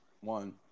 One